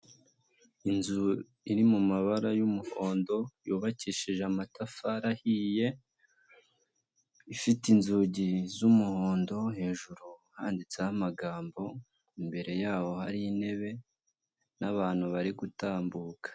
Inzu iri mu mabara y'umuhondo yubakishije amatafari ahiye, ifite inzugi z'umuhondo hejuru handitseho amagambo, imbere yaho hari intebe n'abantu bari gutambuka.